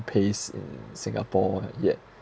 pace in singapore yet